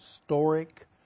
historic